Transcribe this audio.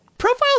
Profiles